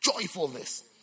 joyfulness